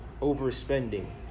overspending